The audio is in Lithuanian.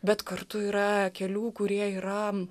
bet kartu yra kelių kurie yra